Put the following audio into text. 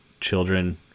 children